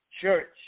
church